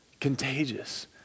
Contagious